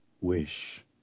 wish